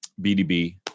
BDB